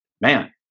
man